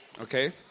Okay